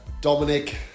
Dominic